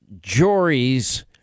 juries